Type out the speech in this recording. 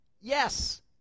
Yes